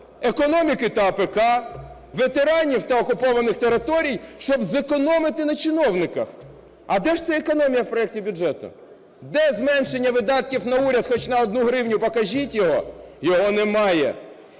економіки та АПК, ветеранів та окупованих територій, щоб зекономити на чиновниках. А де ж ця економія в проекті бюджету? Де зменшення видатків на уряд хоч на одну гривню, покажіть його. Його немає.